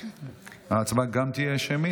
ההצבעה תהיה שמית.